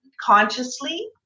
consciously